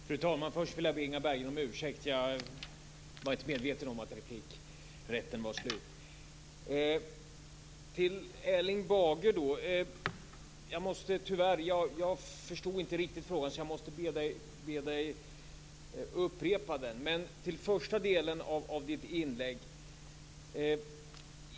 Fru talman! Först vill jag be Inga Berggren om ursäkt. Jag var inte medveten om att replikrätten var slut. Jag vänder mig sedan till Erling Bager. Jag förstod inte riktigt frågan. Jag måste därför be Erling Bager upprepa den. Jag går till första delen av hans inlägg.